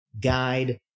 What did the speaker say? guide